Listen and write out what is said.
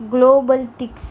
global ticks